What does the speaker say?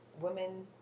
women